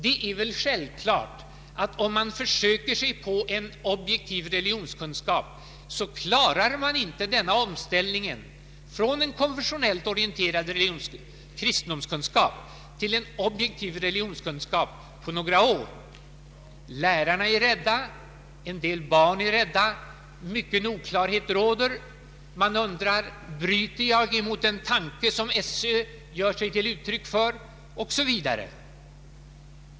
Det är väl självklart att om man försöker sig på en objektiv religionskunskap, så klarar man inte på några år denna omställning från en konfessionellt orienterad kristendomskunskap till en objektiv religionskunskap. Lärarna är rädda, bar nen är rädda, och mycken oklarhet råder. Man undrar t.ex.: Bryter jag mot den tanke som SÖ ger uttryck för?